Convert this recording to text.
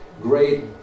great